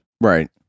Right